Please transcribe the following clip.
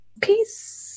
Peace